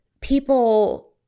people